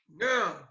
Now